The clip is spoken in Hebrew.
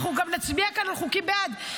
אנחנו גם נצביע כאן על חוקים, בעד.